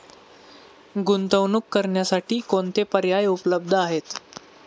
गुंतवणूक करण्यासाठी कोणते पर्याय उपलब्ध आहेत?